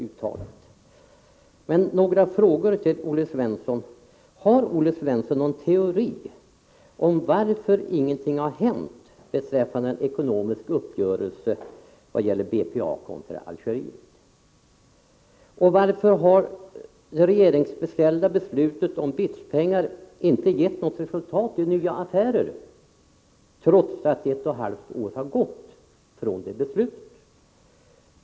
Låt mig ställa några frågor till Olle Svensson. Har Olle Svensson någon teori om varför ingenting har hänt beträffande en ekonomisk uppgörelse mellan BPA och Algeriet? Varför har det regeringsbeställda beslutet om BITS-pengar inte gett något resultat i form av nya affärer, trots att ett och ett halvt år har gått sedan beslutet fattades?